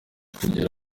kugera